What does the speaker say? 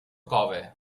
cove